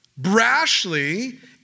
brashly